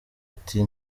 ati